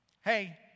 Hey